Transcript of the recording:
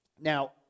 Now